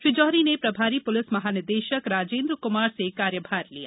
श्री जौहरी ने प्रभारी पुलिस महानिदेशक राजेंद्र कुमार से कार्यभार लिया